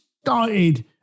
started